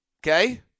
Okay